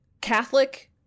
Catholic –